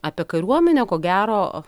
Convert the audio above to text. apie kariuomenę ko gero